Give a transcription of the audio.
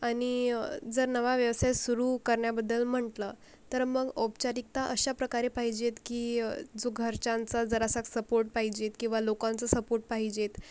आणि जर नवा व्यवसाय सुरू करण्याबद्दल म्हटलं तर मग औपचारिकता अशा प्रकारे पाहिजेत की जो घरच्यांचा जरासा सपोर्ट पाहिजेत किंवा लोकांचा सपोर्ट पाहिजे